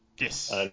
Yes